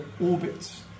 orbits